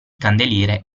candeliere